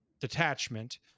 detachment